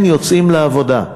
כן, יוצאים לעבודה.